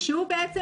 שהוא בעצם,